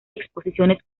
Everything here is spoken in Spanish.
exposiciones